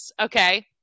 okay